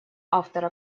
автора